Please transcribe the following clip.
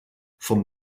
vom